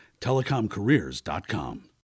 TelecomCareers.com